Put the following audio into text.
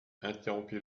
interrompit